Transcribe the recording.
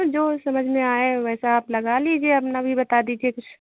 जो समझ में आए वैसा आप लगा लीजिए अपना भी बता दीजिए कुछ